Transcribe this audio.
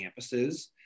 campuses